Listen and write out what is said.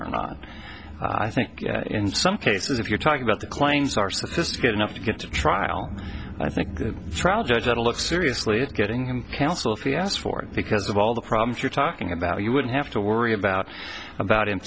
or not i think in some cases if you're talking about the claims are sophisticated enough to get to trial i think the trial judge had a look seriously at getting counsel if he asked for it because of all the problems you're talking about you would have to worry about about him